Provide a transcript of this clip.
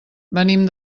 venim